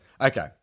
Okay